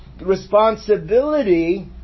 responsibility